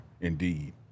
indeed